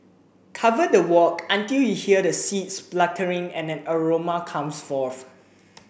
cover the wok until you hear the seeds spluttering and an aroma comes forth